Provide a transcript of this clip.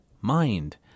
mind